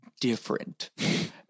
different